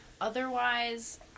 Otherwise